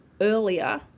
earlier